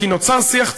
כי נוצר שיח ציבורי,